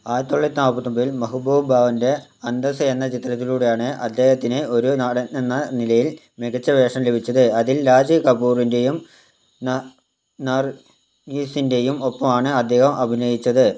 ആയിരത്തി തൊള്ളായിരത്തി നാല്പത്തി ഒൻപതിൽ മെഹബൂബ് ഖാന്റെ ആന്ദാസ് എന്ന ചിത്രത്തിലൂടെയാണ് അദ്ദേഹത്തിന് ഒരു നടനെന്ന നിലയിൽ മികച്ച വേഷം ലഭിച്ചത് അതിൽ രാജ് കപൂറിന്റെയും നർ നർഗീസിന്റെയും ഒപ്പമാണ് അദ്ദേഹം അഭിനയിച്ചത്